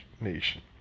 nation